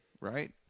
right